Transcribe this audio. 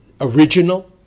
original